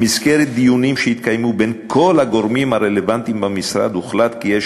במסגרת דיונים שהתקיימו בין כל הגורמים הרלוונטיים במשרד הוחלט כי יש